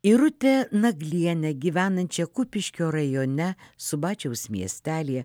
irutė naglienė gyvenančia kupiškio rajone subačiaus miestelyje